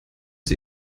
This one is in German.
sie